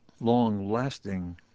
long-lasting